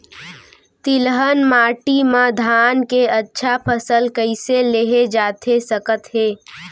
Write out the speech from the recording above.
तिलहन माटी मा धान के अच्छा फसल कइसे लेहे जाथे सकत हे?